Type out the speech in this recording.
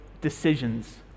decisions